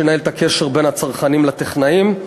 שינהל את הקשר בין הצרכנים לטכנאים,